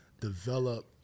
develop